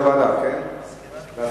יושב-ראש הוועדה, בהסכמתך.